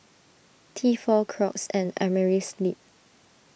Tefal Crocs and Amerisleep